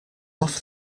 off